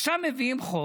עכשיו מביאים חוק,